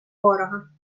ворога